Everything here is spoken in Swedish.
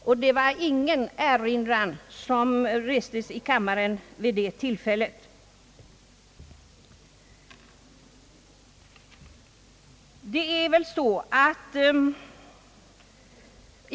Vid det tillfället restes ingen erinran i kammaren.